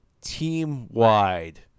team-wide